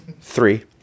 Three